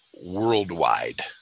worldwide